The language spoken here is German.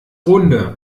runde